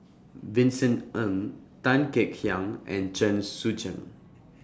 Vincent Ng Tan Kek Hiang and Chen Sucheng